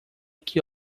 que